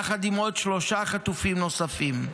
יחד עם עוד שלושה חטופים נוספים.